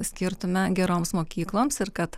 skirtume geroms mokykloms ir kad